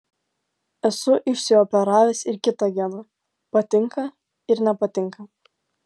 esu išsioperavęs ir kitą geną patinka ir nepatinka